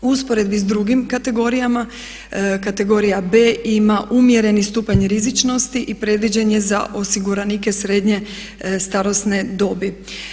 U usporedbi sa drugim kategorijama, kategorija B ima umjereni stupanj rizičnosti i predviđen je za osiguranike srednje starosne dobi.